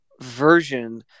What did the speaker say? version